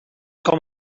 com